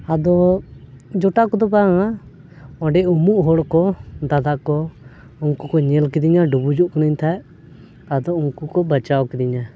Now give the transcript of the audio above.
ᱟᱫᱚ ᱡᱚᱴᱟᱣ ᱠᱚᱫᱚ ᱵᱟᱝᱼᱟ ᱚᱸᱰᱮ ᱩᱢᱩᱜ ᱦᱚᱲ ᱠᱚ ᱫᱟᱫᱟ ᱠᱚ ᱩᱱᱠᱩ ᱠᱚ ᱧᱮᱞ ᱠᱤᱫᱤᱧᱟ ᱰᱩᱵᱩᱡᱚᱜ ᱠᱟᱹᱱᱟᱹᱧ ᱛᱟᱦᱮᱫ ᱟᱫᱚ ᱩᱱᱠᱩ ᱠᱚ ᱵᱟᱧᱪᱟᱣ ᱠᱤᱫᱤᱧᱟ